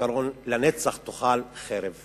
העיקרון "לנצח תאכל חרב".